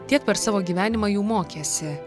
tiek per savo gyvenimą jų mokėsi